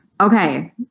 Okay